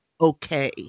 okay